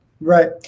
Right